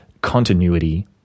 continuity